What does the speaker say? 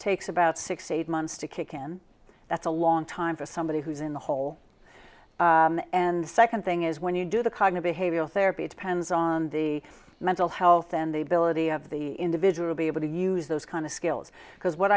takes about six eight months to kick in that's a long time for somebody who's in the hole and the second thing is when you do the cognitive behavioral therapy it depends on the mental health and the ability of the individual be able to use those kind of skills because what